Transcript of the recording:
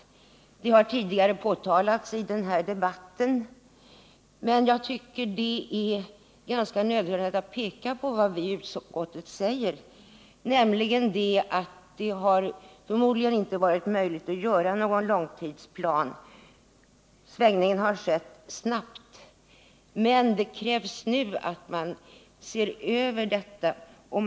Det har tidigare i denna debatt hänvisats till att vi i utskottet påtalat detta, men jag tycker att det är angeläget att återigen understryka detta. Utskottet framhåller att det förmodligen inte varit möjligt att göra upp någon långtidsplan för anstaltsbeståndet, eftersom denna omsvängning har skett snabbt, men att det nu krävs att man ser över förhållandena.